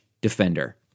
Defender